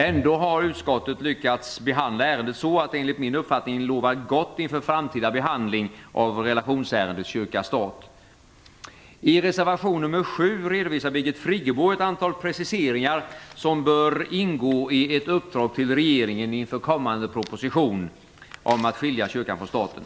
Ändå har utskottet lyckats behandla ärendet så, att det enligt min uppfattning lovar gott inför framtida behandling av relationsärendet kyrka-stat. I reservation nr 7 redovisar Birgit Friggebo ett antal preciseringar som bör ingå i ett uppdrag till regeringen inför kommande proposition om att skilja kyrkan från staten.